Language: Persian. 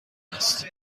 است